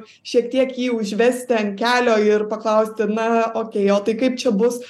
šiek tiek jį užvesti ant kelio ir paklausti na okei o tai kaip čia bus